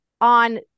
on